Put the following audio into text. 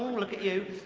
look at you.